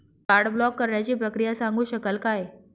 Card block करण्याची प्रक्रिया सांगू शकाल काय?